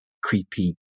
creepy